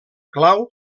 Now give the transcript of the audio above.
clau